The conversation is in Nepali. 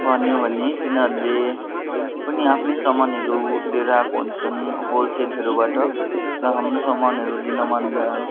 भन्यो भने तिनीहरूले पनि आफ्नै सामानहरू लिएर आएको हुन्छन् होलसेलहरूबाट र हाम्रो सामानहरू लिन मान्दैनन्